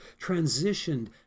transitioned